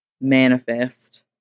manifest